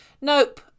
Nope